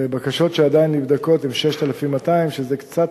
בקשות שעדיין נבדקות הן 6,200, שזה קצת,